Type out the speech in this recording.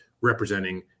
representing